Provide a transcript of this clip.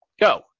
Go